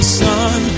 sun